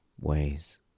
ways